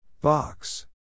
Box